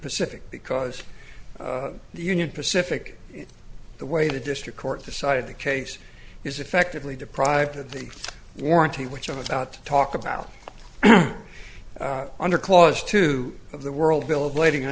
pacific because the union pacific the way the district court decided the case is effectively deprived of the warranty which i'm about to talk about under clause two of the world bill of lading i